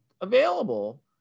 available